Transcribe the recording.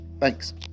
Thanks